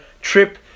trip